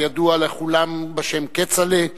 הידוע לכולם בשם כצל'ה,